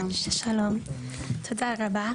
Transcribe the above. שלום תודה רבה,